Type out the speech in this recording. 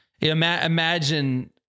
Imagine